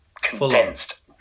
condensed